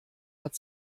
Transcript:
hat